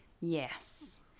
Yes